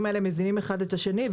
הדברים האלה מזינים האחד את השני,